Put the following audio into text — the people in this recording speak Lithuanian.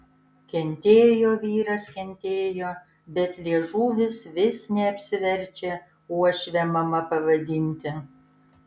kentėjo vyras kentėjo bet liežuvis vis neapsiverčia uošvę mama pavadinti